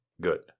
good